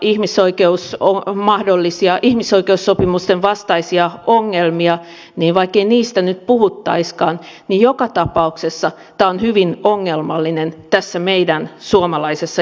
vaikkei näistä juridisista ihmisoikeussopimusten vastaisista ongelmista nyt puhuttaisikaan niin joka tapauksessa tämä on hyvin ongelmallinen tässä meidän suomalaisessa järjestelmässämme